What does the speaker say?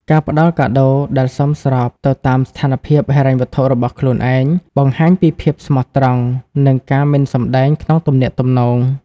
ការផ្ដល់កាដូដែលសមស្របទៅតាមស្ថានភាពហិរញ្ញវត្ថុរបស់ខ្លួនឯង បង្ហាញពីភាពស្មោះត្រង់ និងការមិនសម្ដែងក្នុងទំនាក់ទំនង។